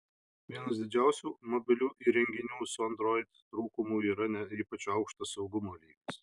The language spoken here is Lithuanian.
vienas didžiausių mobilių įrenginių su android trūkumų yra ne ypač aukštas saugumo lygis